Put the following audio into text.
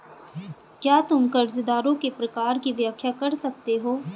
क्या तुम कर्जदारों के प्रकार की व्याख्या कर सकते हो?